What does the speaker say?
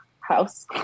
house